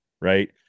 right